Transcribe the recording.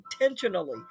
intentionally